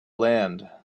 land